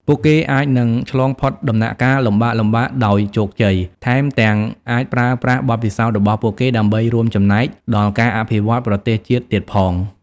ពួកគេអាចនឹងឆ្លងផុតដំណាក់កាលលំបាកៗដោយជោគជ័យ ថែមទាំងអាចប្រើប្រាស់បទពិសោធន៍របស់ពួកគេដើម្បីរួមចំណែកដល់ការអភិវឌ្ឍប្រទេសជាតិទៀតផង។